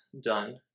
done